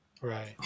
Right